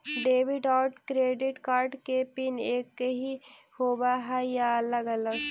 Debit और credit card के PIN एकही होव हइ या अलग अलग?